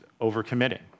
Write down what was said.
overcommitting